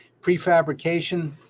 Prefabrication